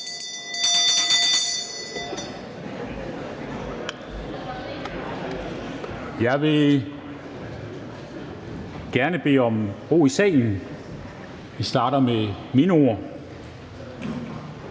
Jeg vil gerne bede om ro i salen. Vi starter med mindeord.